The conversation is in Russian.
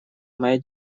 моя